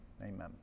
Amen